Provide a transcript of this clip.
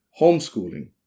homeschooling